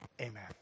Amen